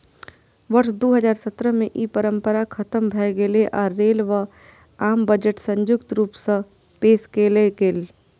वर्ष दू हजार सत्रह मे ई परंपरा खतम भए गेलै आ रेल व आम बजट संयुक्त रूप सं पेश कैल गेलै